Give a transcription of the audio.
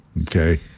okay